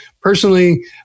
Personally